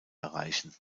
erreichen